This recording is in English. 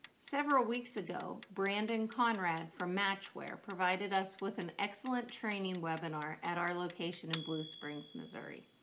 several weeks ago, brandon conrad from matchware provided us with an excellent training webinar at our location in blue springs, missouri.